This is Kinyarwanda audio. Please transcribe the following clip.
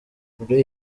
muri